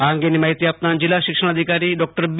આ અંગેની માહિતી આપતાં જિલ્લા શિક્ષણાધિકારી ડોક્ટર બી